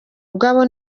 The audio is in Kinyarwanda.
ubwabo